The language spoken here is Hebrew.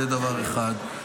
זה דבר אחד.